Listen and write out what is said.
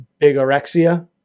bigorexia